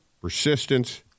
persistence